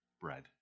bread